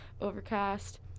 Overcast